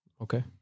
Okay